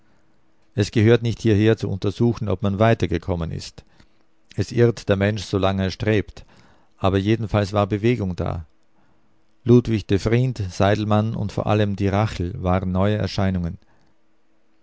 es gehört nicht hierher zu untersuchen ob man weitergekommen ist es irrt der mensch solang er strebt aber jedenfalls war bewegung da ludwig devrient seydelmann und vor allen die rachel waren neue erscheinungen